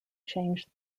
changed